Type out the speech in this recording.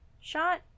shot